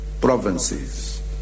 provinces